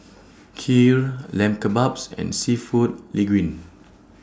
Kheer Lamb Kebabs and Seafood Linguine